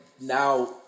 now